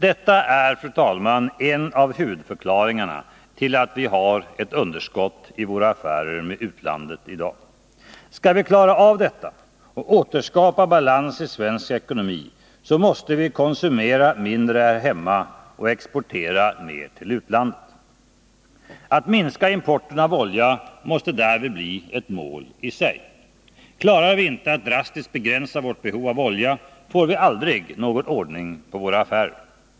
Detta är en av huvudförklaringarna till att vi har ett underskott i våra affärer med utlandet. Skall vi klara av detta och återskapa balans i svensk ekonomi, måste vi konsumera mindre här hemma och exportera mer till utlandet. Att minska importen av olja måste därvid bli ett mål i sig. Klarar vi inte att drastiskt begränsa vårt behov av olja, får vi aldrig någon ordning på våra affärer.